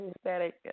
static